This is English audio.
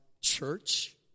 Church